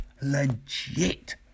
Legit